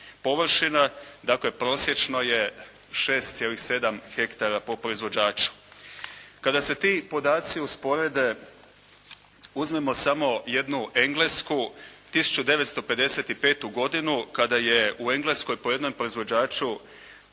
površina prosječno je 6,7 hektara po proizvođaču. Kada se ti podaci usporede uzmemo samo jednu Englesku 1955. godinu kada je po jednom proizvođaču